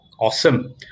Awesome